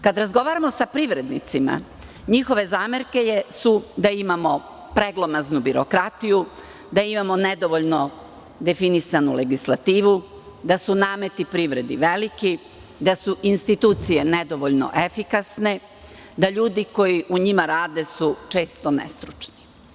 Kada razgovaramo sa privrednicima, njihove zamerke su da imamo preglomaznu birokratiju, da imamo nedovoljno definisanu legislativu, da su nameti privredi veliki, da su institucije nedovoljno efikasne, da ljudi koji u njima rade su često nestručni.